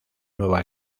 nueva